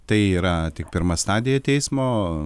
tai yra tik pirma stadija teismo